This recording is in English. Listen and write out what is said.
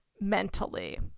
mentally